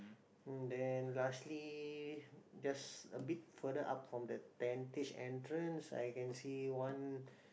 mm then lastly just a bit further up from the tentage entrance I can see one